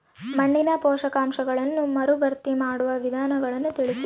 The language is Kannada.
ಮಣ್ಣಿನ ಪೋಷಕಾಂಶಗಳನ್ನು ಮರುಭರ್ತಿ ಮಾಡುವ ವಿಧಾನಗಳನ್ನು ತಿಳಿಸಿ?